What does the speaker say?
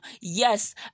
Yes